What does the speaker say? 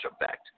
effect